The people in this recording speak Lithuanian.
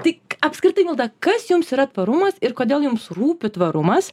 tai apskritai milda kas jums yra tvarumas ir kodėl jums rūpi tvarumas